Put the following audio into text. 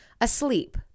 Asleep